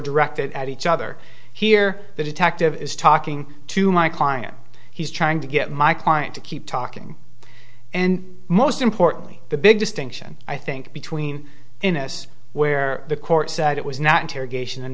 directed at each other here the detective is talking to my client he's trying to get my client to keep talking and most importantly the big distinction i think between inus where the court said it was not in